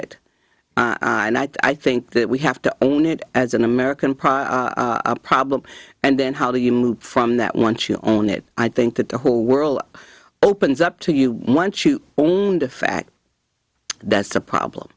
it and i think that we have to own it as an american prior problem and then how do you move from that once you own it i think that the whole world opens up to you once you owned a fact that's a problem